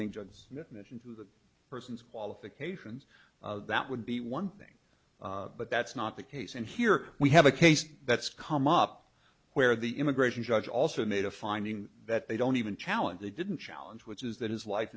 think drugs mission to the person's qualifications that would be one thing but that's not the case and here we have a case that's come up where the immigration judge also made a finding that they don't even challenge they didn't challenge which is that his life